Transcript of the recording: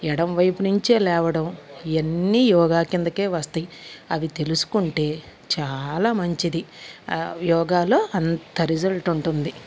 ఎడమవైపు నుంచే లేవడం ఇవన్నీ యోగా కిందకే వస్తయి అవి తెలుసుకుంటే చాలా మంచిది ఆ యోగాలో అంత రిజల్ట్ ఉంటుంది